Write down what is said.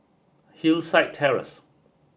Hillside Terrace